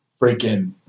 freaking